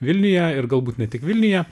vilniuje ir galbūt ne tik vilniuje